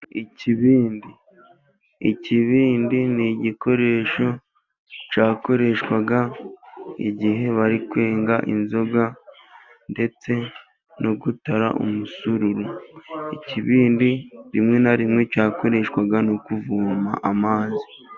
Ikibindi ikibindi ni igikoresho cyakoreshwaga igihe bari kwenga inzoga, ndetse no gutara umusururu ikibindi rimwe na rimwe cyakoreshwaga no kuvoma amazi.